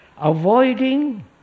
avoiding